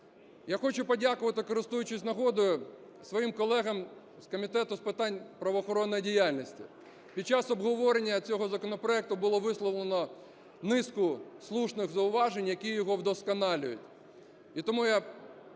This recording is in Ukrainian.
Я хочу подякувати, користуючись нагодою, своїм колегам з Комітету з питань правоохоронної діяльності. Під час обговорення цього законопроекту було висловлено низку слушних зауважень, які його вдосконалюють.